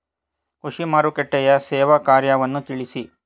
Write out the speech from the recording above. ಕೃಷಿ ಮಾರುಕಟ್ಟೆಯ ಸೇವಾ ಕಾರ್ಯವನ್ನು ತಿಳಿಸಿ?